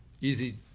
Easy